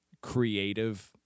creative